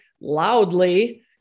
loudly